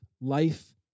life